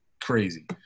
crazy